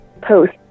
post